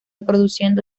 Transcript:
produciendo